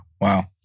Wow